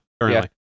currently